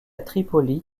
tripoli